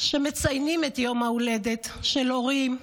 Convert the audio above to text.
שמציינים יום הולדת של הורים,